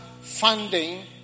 funding